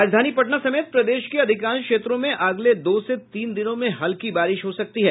राजधानी पटना समेत प्रदेश के अधिकांश क्षेत्रों में अगले दो से तीन दिनों में हल्की बारिश हो सकती है